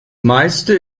meiste